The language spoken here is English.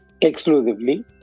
Exclusively